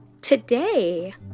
Today